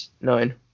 Nine